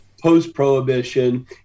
post-prohibition